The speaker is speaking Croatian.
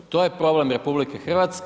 To je problem RH.